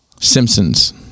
Simpsons